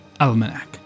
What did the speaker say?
Almanac